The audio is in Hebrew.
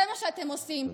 זה מה שאתם עושים.